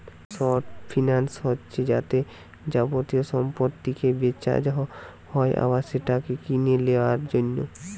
short finance হচ্ছে যাতে যাবতীয় সম্পত্তিকে বেচা হয় আবার সেটাকে কিনে লিয়ার জন্যে